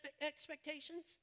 expectations